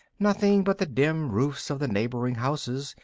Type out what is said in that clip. nothing but the dim roofs of the neighbouring houses,